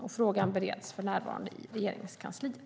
Frågan bereds för närvarande i Regeringskansliet.